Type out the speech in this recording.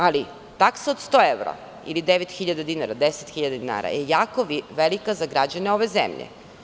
Ali, taksa od 100 evra ili 9.000 dinara, 10.000 dinara je jako velika za građane ove zemlje.